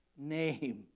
name